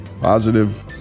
positive